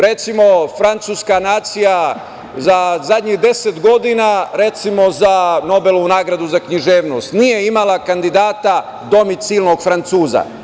Recimo, Francuska nacija za zadnjih 10 godina, recimo za Nobelovu nagradu za književnost, nije imala kandidata domicilnog Francuza.